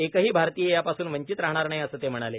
एकही भारतीय यापासून वंचित राहणार नाही असं ते म्हणाले